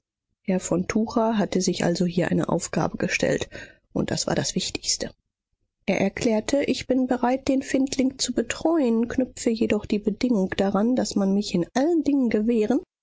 herr von tucher hatte sich also hier eine aufgabe gestellt und das war das wichtigste er erklärte ich bin bereit den findling zu betreuen knüpfe jedoch die bedingung daran daß man mich in allen dingen gewähren